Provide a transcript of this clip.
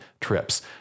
trips